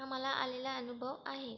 हा मला आलेला अनुभव आहे